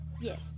Yes